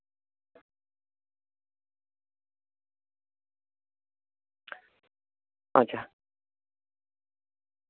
ᱟᱪᱪᱷᱟ